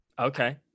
Okay